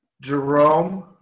Jerome